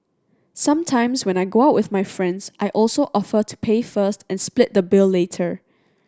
sometimes when I go out with my friends I also offer to pay first and split the bill later